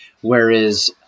Whereas